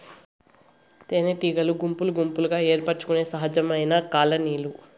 తేనెటీగలు గుంపులు గుంపులుగా ఏర్పరచుకొనే సహజమైన కాలనీలు